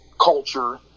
culture